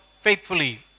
faithfully